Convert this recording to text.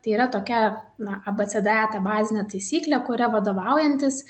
tai yra tokia na a bė cė dė e ta bazinė taisyklė kuria vadovaujantis